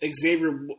Xavier